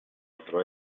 altro